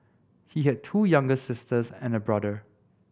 he had two younger sisters and a brother